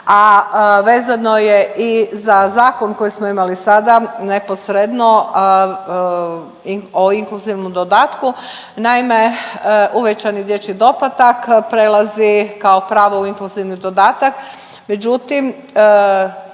a vezano je i za zakon koji smo imali sada neposredno o inkluzivnom dodatku. Naime, uvećani dječji doplatak prelazi kao pravo u inkluzivni dodatak,